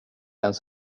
ens